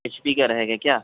H P کا رہے گا کیا